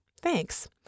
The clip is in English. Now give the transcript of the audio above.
Thanks